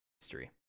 history